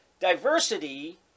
diversity